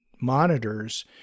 monitors